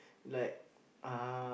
like uh